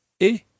et